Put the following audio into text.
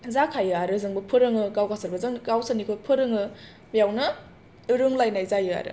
जाखायो आरो जोंबो फोरोङो गाव गावसोरबो गावसोरनिखखौ फोरोङो बेयावनो रोंलायनाय जायो आरो